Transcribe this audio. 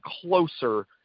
closer